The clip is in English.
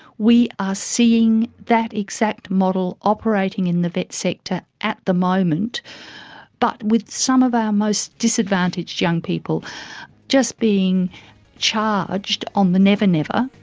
we are seeing that exact model operating in the vet sector at the moment but with some of our most disadvantaged young people just being charged, on the never-never,